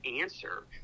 answer